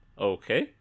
Okay